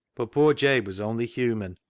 but poor jabe was only human,